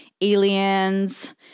aliens